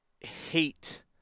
hate